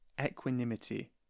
equanimity